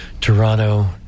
Toronto